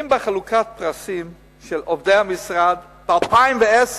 אם בחלוקת הפרסים של עובדי המשרד ב-2010